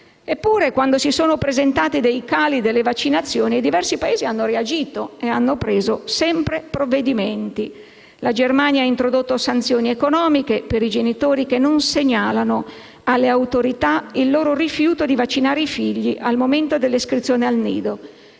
Eppure, quando si sono presentati dei cali delle vaccinazioni, i diversi Paesi hanno reagito e hanno preso sempre provvedimenti. La Germania ha introdotto sanzioni economiche per i genitori che non segnalano alle autorità il loro rifiuto di vaccinare i figli al momento dell'iscrizione al nido.